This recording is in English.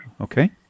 Okay